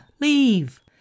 Leave